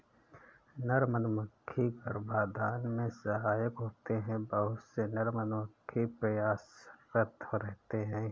नर मधुमक्खी गर्भाधान में सहायक होते हैं बहुत से नर मधुमक्खी प्रयासरत रहते हैं